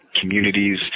communities